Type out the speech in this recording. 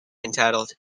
entitled